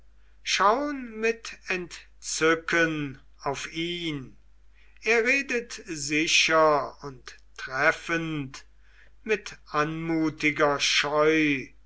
schaun mit entzücken auf ihn er redet sicher und treffend mit anmutiger scheu